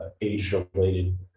age-related